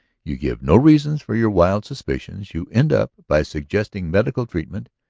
you give no reasons for your wild suspicions, you end up by suggesting medical treatment.